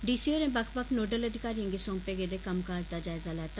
D C होरें बक्ख बक्ख नोडल अधिकारियें गी सौंपे गेदे कम्मकाज दा जायजा लैता